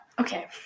okay